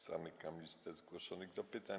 Zamykam listę zgłoszonych do pytań.